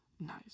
Nice